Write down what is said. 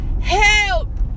help